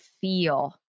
feel